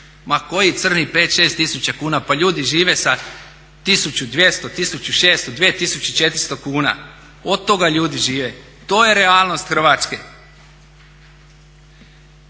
Ma kojih crnih 5-6 tisuća kuna, pa ljudi žive sa 1200, 1600, 2400 kuna, od toga ljudi žive. To je realnost Hrvatske.